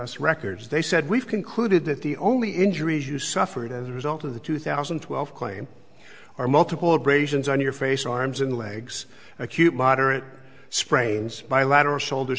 us records they said we've concluded that the only injuries you suffered as a result of the two thousand and twelve claim are multiple abrasions on your face arms and legs acute moderate sprains bilateral shoulder